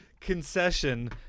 concession